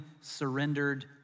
surrendered